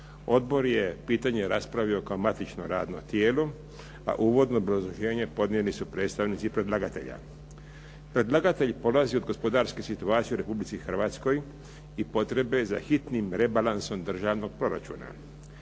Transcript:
Odbor je pitanje raspravio kao matično radno tijelo, a uvodno obrazloženje podnijeli su predstavnici predlagatelja. Predlagatelj polazi od gospodarske situacije u Republici Hrvatskoj i potrebe za hitnim rebalansom državnog proračuna.